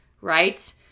right